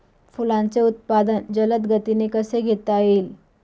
फुलांचे उत्पादन जलद गतीने कसे घेता येईल?